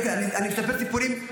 כן, הרבה אזרחים,